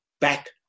back